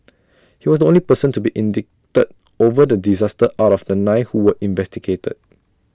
he was the only person to be indicted over the disaster out of the nine who were investigated